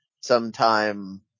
sometime